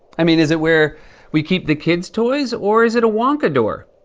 i mean, is it where we keep the kids' toys? or is it a wonka door?